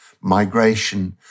migration